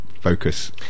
focus